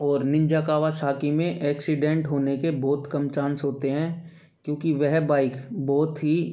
और Ninja Kawasaki में accident होने के बहुत कम चांस होते हैं क्योंकि वह बाइक बहुत ही